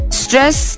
stress